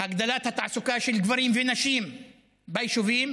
הגדלת התעסוקה של גברים ונשים ביישובים